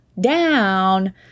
down